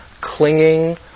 clinging